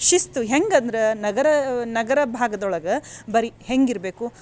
ಶಿಸ್ತು ಹೆಂಗೆ ಅಂದ್ರೆ ನಗರ ನಗರ ಭಾಗದೊಳಗೆ ಬರೀ ಹೆಂಗೆ ಇರಬೇಕು